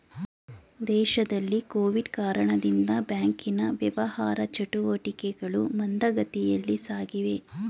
ದೇಶದಲ್ಲಿ ಕೊವಿಡ್ ಕಾರಣದಿಂದ ಬ್ಯಾಂಕಿನ ವ್ಯವಹಾರ ಚಟುಟಿಕೆಗಳು ಮಂದಗತಿಯಲ್ಲಿ ಸಾಗಿವೆ